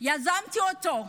יזמתי אותו,